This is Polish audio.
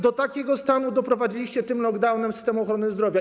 Do takiego stanu doprowadziliście tym lockdownem system ochrony zdrowia.